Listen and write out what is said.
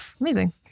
Amazing